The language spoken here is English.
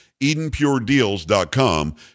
EdenPureDeals.com